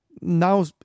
Now